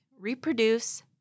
reproduce